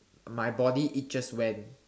my body itches when